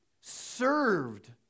served